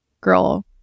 girl